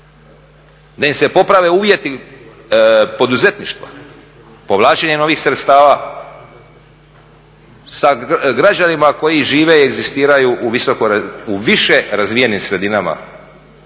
da im se poprave uvjeti poduzetništva, povlačenje novih sredstava sa građanima koji žive i egzistiraju u više razvijenim sredinama